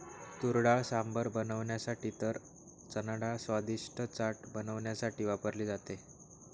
तुरडाळ सांबर बनवण्यासाठी तर चनाडाळ स्वादिष्ट चाट बनवण्यासाठी वापरली जाते